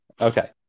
Okay